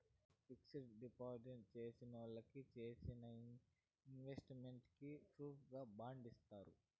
fixed deposit చేసినోళ్ళకి చేసిన investment కి ప్రూఫుగా బాండ్ ఇత్తారు